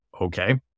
Okay